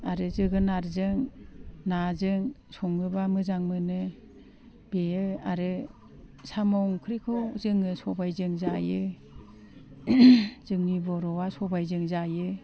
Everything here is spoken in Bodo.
आरो जोगोनारजों नाजों सङोबा मोजां मोनो बेयो आरो साम' ओंख्रिखौ जोङो सबाइजों जायो जोंनि बर'आ सबायजों जायो